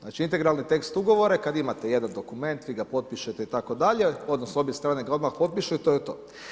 Znači integralni tekst ugovora je kada imate jedan dokument, vi ga potpišete itd., odnosno obje strane ga odmah potpišu i to je to.